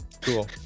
Cool